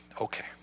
Okay